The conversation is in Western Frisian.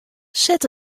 set